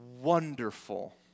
wonderful